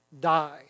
die